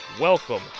welcome